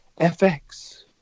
FX